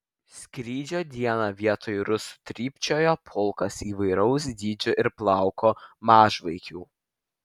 skrydžio dieną vietoj rusų trypčiojo pulkas įvairaus dydžio ir plauko mažvaikių